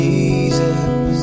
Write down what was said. Jesus